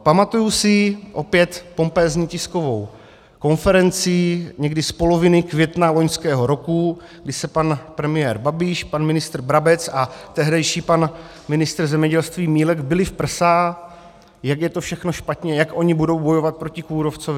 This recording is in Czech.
Pamatuji si opět pompézní tiskovou konferenci někdy z poloviny května loňského roku, kdy se pan premiér Babiš, pan ministr Brabec a tehdejší pan ministr zemědělství Milek bili v prsa, jak je to všechno špatně, jak oni budou bojovat proti kůrovci.